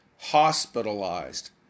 hospitalized